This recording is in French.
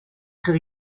très